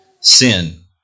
sin